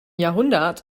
jahrhundert